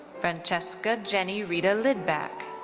francesca jenny rita lidback.